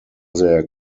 their